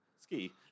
Ski